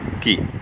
key